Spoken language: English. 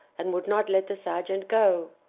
and would not let the sergeant go.